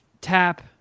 tap